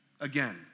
again